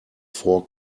four